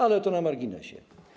Ale to na marginesie.